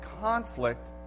conflict